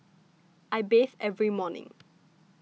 I bathe every morning